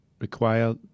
Require